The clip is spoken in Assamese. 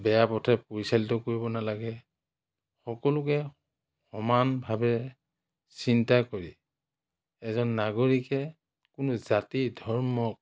বেয়া পথে পৰিচালিত কৰিব নেলাগে সকলোকে সমানভাৱে চিন্তা কৰি এজন নাগৰিকে কোনো জাতি ধৰ্ম